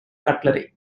cutlery